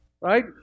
Right